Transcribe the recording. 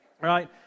right